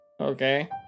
Okay